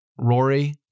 Rory